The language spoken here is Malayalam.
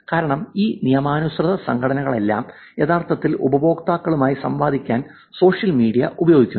കാരണം ഈ നിയമാനുസൃത സംഘടനകളെല്ലാം യഥാർത്ഥത്തിൽ ഉപഭോക്താക്കളുമായി സംവദിക്കാൻ സോഷ്യൽ മീഡിയ ഉപയോഗിക്കുന്നു